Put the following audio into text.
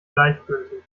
gleichgültig